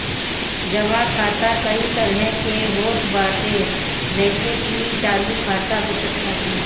जमा खाता कई तरही के होत बाटे जइसे की चालू खाता, बचत खाता